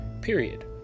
period